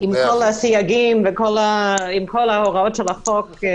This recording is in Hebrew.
עם כל הסייגים וכל ההוראות של החוק.